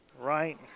right